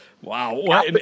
Wow